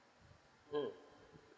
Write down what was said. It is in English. mm